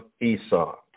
Esau